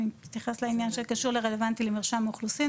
אני מתייחסת לעניין שקשור לרלוונטיות למרשם האוכלוסין,